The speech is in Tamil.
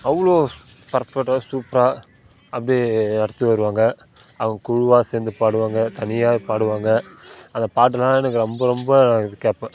அவ்வளோ ஸ் பர்ஃபெக்டாக சூப்பராக அப்படியே அர்த்து வருவாங்க அவங்க குழுவாக சேர்ந்து பாடுவாங்க தனியாக பாடுவாங்க அந்த பாட்டெலாம் எனக்கு ரொம்ப ரொம்ப இது கேட்பேன்